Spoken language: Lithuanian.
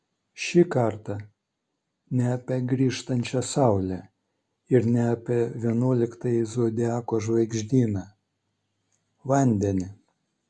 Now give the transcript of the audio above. šį kartą ne apie grįžtančią saulę ir ne apie vienuoliktąjį zodiako žvaigždyną vandenį